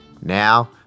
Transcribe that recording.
now